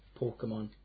Pokemon